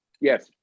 Yes